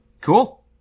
cool